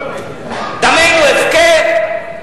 דמנו הפקר?